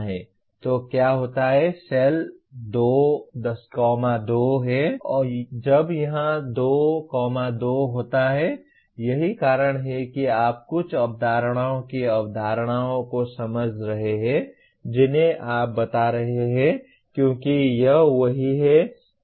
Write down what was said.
तो क्या होता है सेल 2 2 है जब यह 2 2 होता है यही कारण है कि आप कुछ अवधारणाओं की अवधारणाओं को समझ रहे हैं जिन्हें आप बता रहे हैं क्योंकि यह वही है